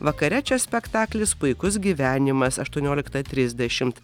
vakare čia spektaklis puikus gyvenimas aštuonioliktą trisdešimt